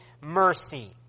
mercy